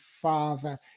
Father